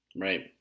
Right